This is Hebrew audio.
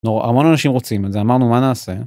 נורא. המון אנשים רוצים זה, אמרנו מה נעשה.